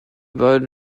beiden